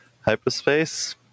Hyperspace